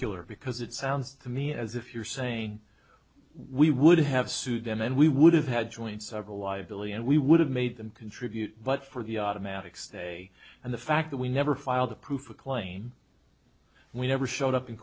circulate because it sounds to me as if you're saying we would have sued and then we would have had joint several liability and we would have made them contribute but for the automatic stay and the fact that we never filed a proof a claim we never showed up in